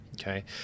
Okay